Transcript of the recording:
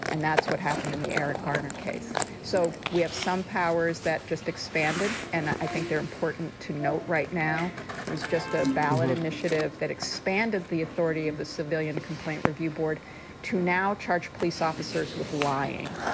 and that's what happened in the eric garner case. so we have some powers that just expanded. and i think they're important to note right now. it was just a ballot initiative that expanded the authority of the civilian complaint review board to now charge police officers with lying,